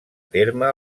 terme